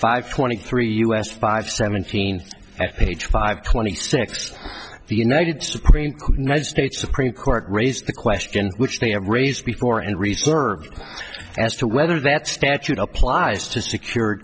five twenty three us five seventeen at page five twenty six the united supreme court nine states supreme court raised the question which they have raised before and reserve as to whether that statute applies to secure